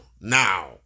Now